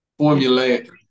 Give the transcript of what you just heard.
formulaic